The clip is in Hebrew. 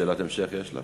שאלת המשך יש לך?